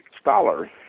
scholar